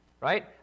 right